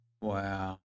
Wow